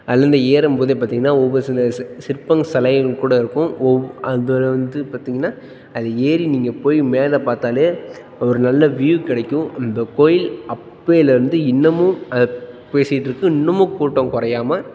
அதுலேருந்து ஏறும்போதே பார்த்திங்கன்னா ஒவ்வொரு சில சிற் சிற்பமும் சிலையும் கூட இருக்கும் ஒவ் அதை வந்து பார்த்திங்கன்னா அது ஏறி நீங்கள் போய் மேலே பார்த்தாலே ஒரு நல்ல வியூ கிடைக்கும் அந்தக் கோவில் அப்போலேர்ந்து இன்னுமும் பேசிட்டு இருக்குது இன்னுமும் கூட்டம் குறையாம